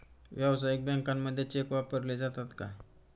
व्यावसायिक बँकांमध्ये चेक वापरले जातात का?